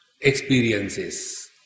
experiences